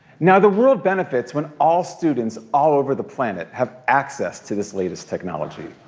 now the world benefits when all students all over the planet have access to this latest technology.